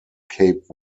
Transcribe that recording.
cape